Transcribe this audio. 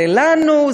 זה לנו,